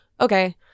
okay